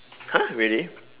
!huh! really